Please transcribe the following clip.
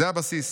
הבסיס.